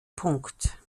punkt